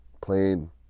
playing